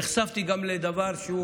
נחשפתי גם לדבר שהוא